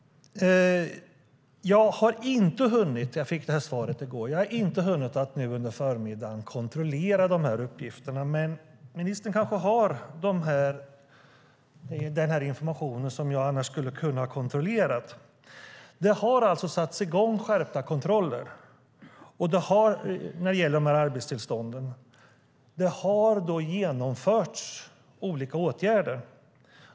Jag fick svaret i går och har inte hunnit under förmiddagen kontrollera de här uppgifterna, men ministern kanske har den information som jag annars skulle ha kunnat kontrollera. Det har alltså satts i gång skärpta kontroller när det gäller de här arbetstillstånden och har genomförts olika åtgärder.